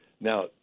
Now